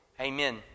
Amen